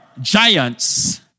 giants